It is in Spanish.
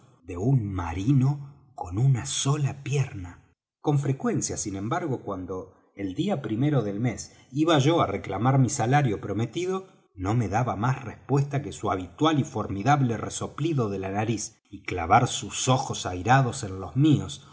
de un marino con una sola pierna con frecuencia sin embargo cuando el día primero del mes iba yo á reclamar mi salario prometido no me daba más respuesta que su habitual y formidable resoplido de la nariz y clavar sus ojos airados en los míos